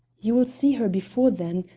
you will see her before then.